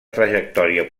trajectòria